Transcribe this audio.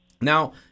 Now